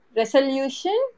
resolution